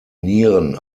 nieren